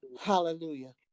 Hallelujah